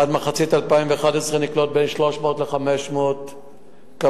עד מחצית 2011 נקלוט בין 300 ל-500 כבאים,